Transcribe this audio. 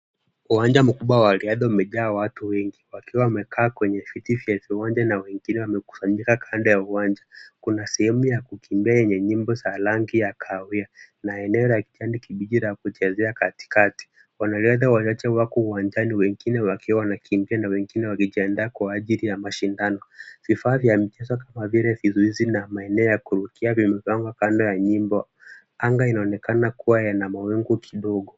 Uwanja mkubwa wa riadha umejaa watu wengi, wakiwa wamekaa kwenye viti vya viwanja na wengine wamekusanyika kando ya uwanja. Kuna sehemu ya kukimbia yenye nyimbo za rangi ya kahawia na eneo la kijani kibichi la kuchezea katikati. Wanariadha wachache wako uwanjani wengine wakiwa wanakimbia na wengine wakijiandaa kwa ajili ya mashindano. Vifaa vya michezo kama vile vizuizi na maeneo ya kurukia, vimepangwa kando ya nyimbo. Anga inaonekana kuwa yana mawingu kidogo.